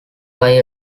buy